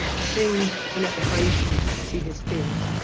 ashamed to let the phaeacians see his tears'.